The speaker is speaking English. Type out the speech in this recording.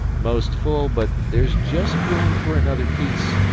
most full, but there's just room for another piece.